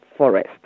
forest